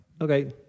Okay